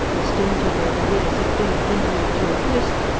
stingy though the years had been of intellectual grist,